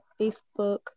Facebook